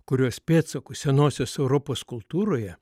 kurios pėdsakus senosios europos kultūroje